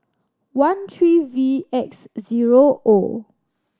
one three V X zero O